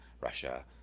russia